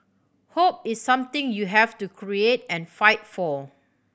hope is something you have to create and fight for